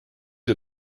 ihr